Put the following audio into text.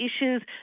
issues